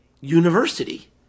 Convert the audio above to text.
university